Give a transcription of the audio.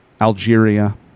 Algeria